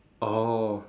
oh